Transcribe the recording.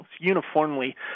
uniformly